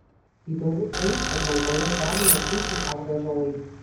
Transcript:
įdomu tai kad lengvoje žemėje puikiai auga ąžuolai